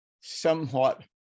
somewhat